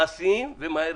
מעשיים ומהירים.